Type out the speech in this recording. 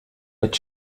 but